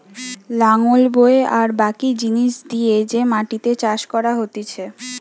লাঙল বয়ে আর বাকি জিনিস দিয়ে যে মাটিতে চাষ করা হতিছে